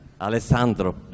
Alessandro